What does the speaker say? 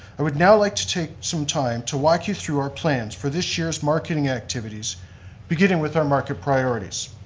i would now like to take some time to walk you through our plans for this year's marketing activities beginning with our market priorities.